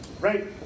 Right